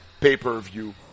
pay-per-view